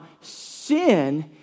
sin